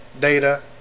data